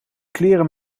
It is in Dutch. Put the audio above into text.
kleren